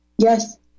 Yes